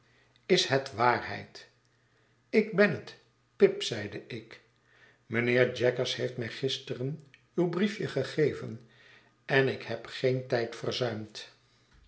is het waarheid ik ben het pip zeide ik mijnheer jaggers heeft mij gisteren uw briefje gegeven en ik heb geen tijd verzuimd